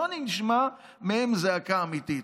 לא נשמע מהם זעקה אמיתית.